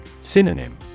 Synonym